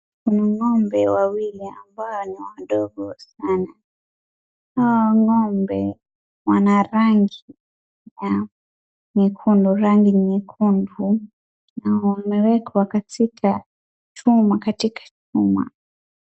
Ni ng'ombe wawili ambao ni wadogo sana, hawa ng'ombe wana rangi ya nyekundu rangi nyekundu na wamewekwa katika chuma katika chuma.